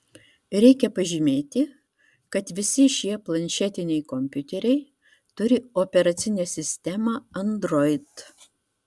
reikia pažymėti kad visi šie planšetiniai kompiuteriai turi operacinę sistemą android